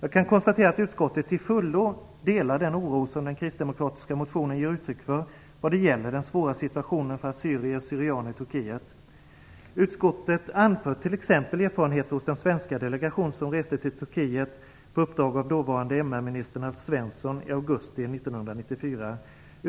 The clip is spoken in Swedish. Jag kan konstatera att utskottet till fullo delar den oro som den kristdemokratiska motionen ger uttryck för vad gäller den svåra situationen för assyrier och syrianer i Turkiet. Utskottet anför t.ex. erfarenheterna hos den svenska delegation, som reste till Turkiet på uppdrag av dåvarande MR-ministern Alf Svensson i augusti 1994.